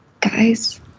guys